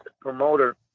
promoter